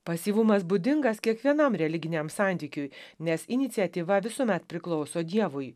pasyvumas būdingas kiekvienam religiniam santykiui nes iniciatyva visuomet priklauso dievui